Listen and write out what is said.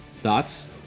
Thoughts